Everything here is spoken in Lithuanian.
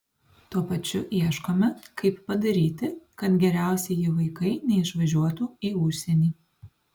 tuo pačiu ieškome kaip padaryti kad geriausieji vaikai neišvažiuotų į užsienį